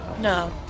No